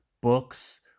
books